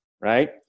right